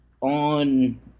on